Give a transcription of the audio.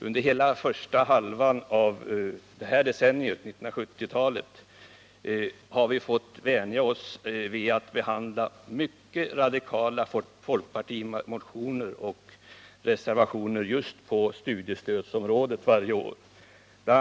Under hela första halvan av detta decennium, 1970-talet, har vi fått vänja oss vid att varje år behandla mycket radikala folkpartimotioner och reservationer just på studiestödsområdet. Bl.